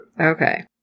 Okay